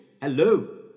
Hello